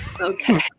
Okay